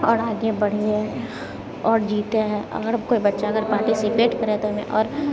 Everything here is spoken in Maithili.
आओर आगे बढियै आओर जीते अगर कोइ बच्चा अगर पार्टीसिपेट करय तऽ ओहिमे आओर